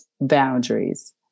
boundaries